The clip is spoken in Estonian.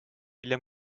hiljem